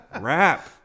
Rap